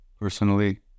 Personally